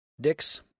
Dix